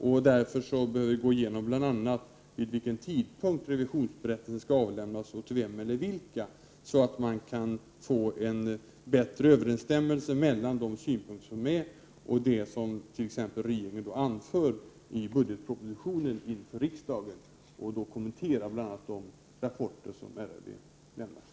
Vi behöver t.ex. gå igenom vid 53 vilken tidpunkt revisionsberättelsen skall avlämnas och till vem och vilka, så att man kan få en bättre överensstämmelse mellan de synpunkter som finns däri och det regeringen anför i t.ex. budgetpropositionen inför riksdagen, så att man därvid kan kommentera bl.a. de rapporter som RRV lämnar.